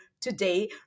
today